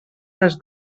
les